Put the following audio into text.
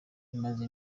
maze